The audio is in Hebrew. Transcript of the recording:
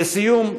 לסיום,